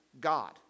God